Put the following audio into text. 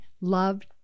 loved